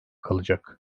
kalacak